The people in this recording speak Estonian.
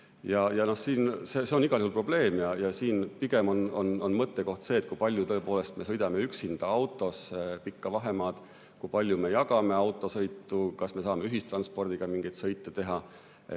See on igal juhul probleem. Ja siin on mõttekoht pigem see, kui palju me tõepoolest sõidame üksinda autos pikka vahemaad, kui palju me jagame autosõitu või kas me saame ühistranspordiga mingeid sõite teha.